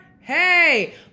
hey